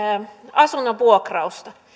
asunnon vuokrausta